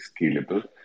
scalable